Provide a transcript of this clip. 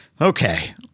Okay